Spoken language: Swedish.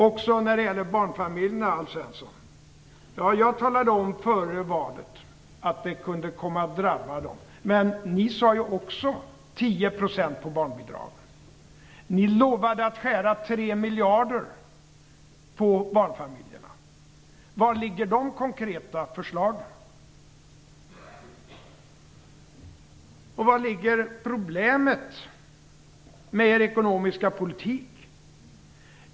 Beträffande barnfamiljerna: Jag talade om före valet att de kunde komma att drabbas. Men ni talade också om 10 % sänkning av barnbidragen. Ni lovade att skära 3 miljarder på barnfamiljerna. Var ligger de konkreta förslagen? Var ligger problemet med er ekonomiska politik?